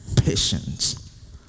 Patience